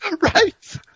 Right